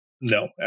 no